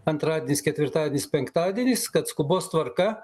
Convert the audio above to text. antradienis ketvirtadienis penktadienis kad skubos tvarka